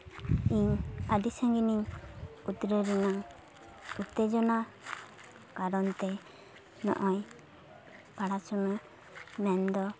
ᱤᱧ ᱟᱹᱰᱤ ᱥᱟᱺᱜᱤᱧᱤᱧ ᱩᱛᱨᱟᱹᱣ ᱞᱮᱱᱟ ᱩᱛᱛᱮᱡᱚᱱᱟ ᱠᱟᱨᱚᱱ ᱛᱮ ᱱᱚᱜᱼᱚᱭ ᱯᱟᱲᱦᱟᱣ ᱥᱚᱢᱚᱭ ᱢᱮᱱᱫᱚ